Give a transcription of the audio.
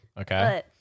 Okay